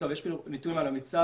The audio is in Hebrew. יש פה נתון על הפיז"ה.